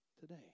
today